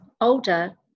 older